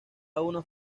unas